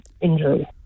injury